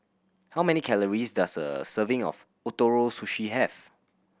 how many calories does a serving of Ootoro Sushi have